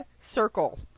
circle